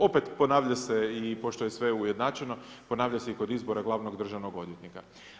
Opet ponavlja se i pošto je sve ujednačeno ponavlja se i kod izbora glavnog državnog odvjetnika.